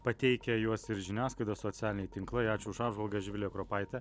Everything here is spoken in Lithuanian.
pateikia juos ir žiniasklaida socialiniai tinklai ačiū už apžvalgą živilė kropaitė